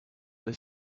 that